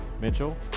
Mitchell